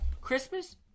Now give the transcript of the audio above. Christmas